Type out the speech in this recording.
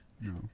No